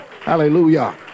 Hallelujah